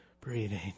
Breathing